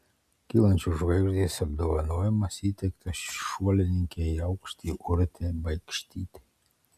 kylančios žvaigždės apdovanojimas įteiktas šuolininkei į aukštį urtei baikštytei